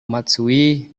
matsui